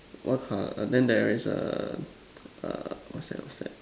what colour then there is a uh what's that what's that